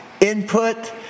input